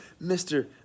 Mr